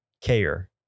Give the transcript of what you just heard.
care